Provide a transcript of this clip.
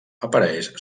apareix